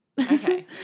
okay